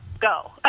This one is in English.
go